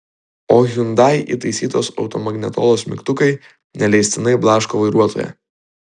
o hyundai įtaisytos automagnetolos mygtukai neleistinai blaško vairuotoją